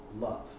love